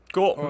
Cool